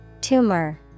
Tumor